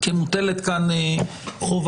כי מוטלת פה חובה.